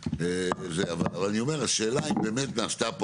אבל אני אומר השאלה אם באמת נעשתה פה